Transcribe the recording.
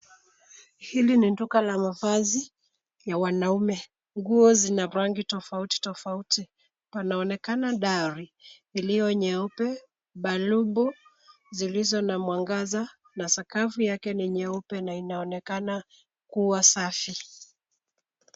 Hili ni duka la mavazi ya wanaume. Nguo zina rangi tofauti tofauti .Panaonekana dari iliyo nyeupe, balbu zilizo na mwangaza na sakafu yake ni nyeupe na inaonekana kuwa safi.